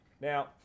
Now